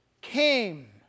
came